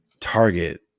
target